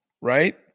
right